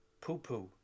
poo-poo